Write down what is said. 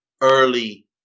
early